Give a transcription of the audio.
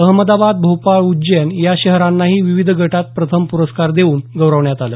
अहमदाबाद भोपाळ उज्जैन या शहरांनाही विविध गटात प्रथम प्रस्कार देऊन गौरवण्यात आलं